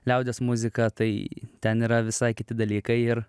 liaudies muzika tai ten yra visai kiti dalykai ir